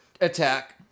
attack